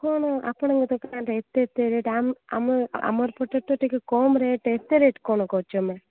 କ'ଣ ଆପଣଙ୍କ ଦୋକାନରେ ଏତେ ଏତେ ରେଟ୍ ଆମେ ଆମ ଆମର ପଟେ ତ ଟିକେ କମ୍ ରେଟ୍ ଏତେ ରେଟ୍ କ'ଣ କରିଛ